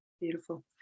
Beautiful